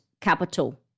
capital